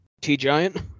T-Giant